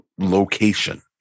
location